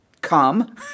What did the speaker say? come